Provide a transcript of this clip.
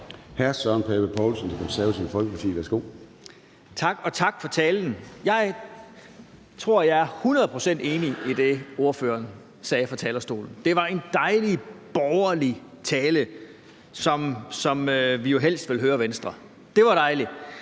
10:22 Søren Pape Poulsen (KF): Tak, og tak for talen. Jeg er hundrede procent enig i det, ordføreren sagde fra talerstolen. Det var en dejlig borgerlig tale, sådan som vi jo helst vil høre Venstre. Det var dejligt.